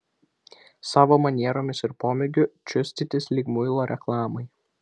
savo manieromis ir pomėgiu čiustytis lyg muilo reklamai